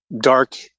dark